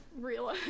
real